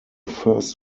first